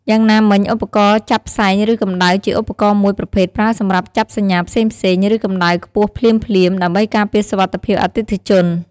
យ៉ាងណាមិញ ឧបករណ៍ចាប់ផ្សែងឫកម្ដៅជាឧបករណ៍មួយប្រភេទប្រើសម្រាប់ចាប់សញ្ញាផ្សែងៗ ឬកម្ដៅខ្ពស់ភ្លាមៗ ដើម្បីការពារសុវត្ថិភាពអតិថិជន។